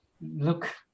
look